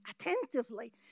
attentively